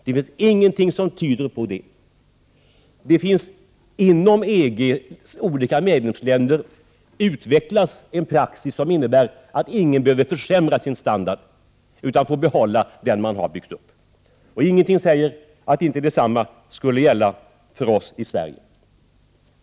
Det finns ingenting som tyder på det. Inom EG:s olika medlemsländer utvecklas en praxis som innebär att inget land behöver försämra sin standard utan får behålla den man har byggt upp. Och ingenting säger att inte detsamma skulle gälla för oss i Sverige.